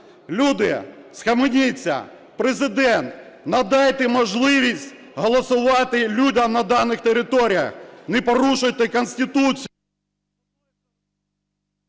Люди, схаменіться! Президенте, надайте можливість голосувати людям на даних територіях, не порушуйте Конституцію.